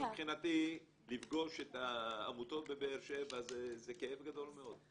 מבחינתי לפגוש את העמותות בבאר שבע זה כאב גדול מאוד,